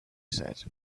said